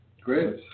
Great